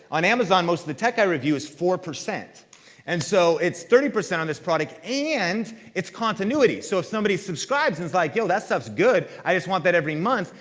on amazon most of the tech i review is four. and so it's thirty percent on this product and it's continuity. so if somebody subscribes and is like, yo that stuff's good i just want that every month,